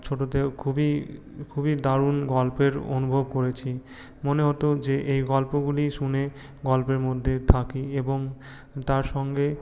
ছোটোতে খুবই খুবই দারুণ গল্পের অনুভব করেছি মনে হতো যে এই গল্পগুলি শুনে গল্পের মধ্যে থাকি এবং তার সঙ্গে